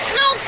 no